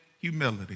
humility